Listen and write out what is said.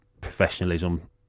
professionalism